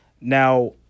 Now